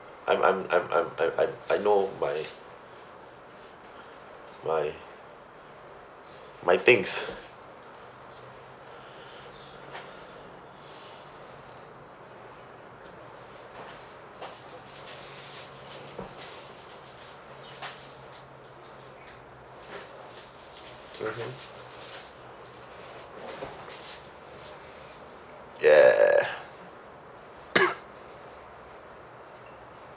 I'm I'm I'm I'm I I I know my my my things mmhmm ya